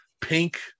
Pink